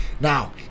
Now